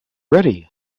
ready